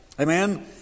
Amen